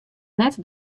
net